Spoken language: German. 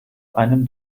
einem